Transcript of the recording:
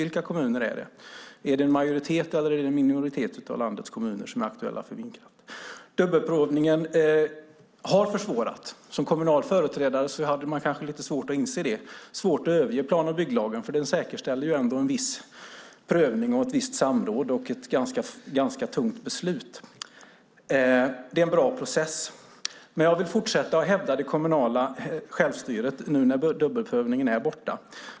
Vilka kommuner är det? Är det en majoritet eller en minoritet av landets kommuner som är aktuella för vindkraft? Dubbelprövningen har försvårat. Som kommunal företrädare hade jag kanske lite svårt att inse det och svårt att överge plan och bygglagen, för den säkerställer ändå en viss prövning, ett visst samråd och ett ganska tungt beslut. Det är en bra process. Jag vill fortsätta att hävda det kommunala självstyret nu när dubbelprövningen är borta.